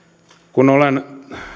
kun olen